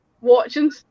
watching